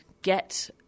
get